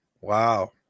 wow